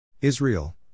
Israel